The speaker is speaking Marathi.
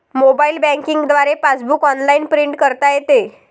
मोबाईल बँकिंग द्वारे पासबुक ऑनलाइन प्रिंट करता येते